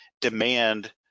demand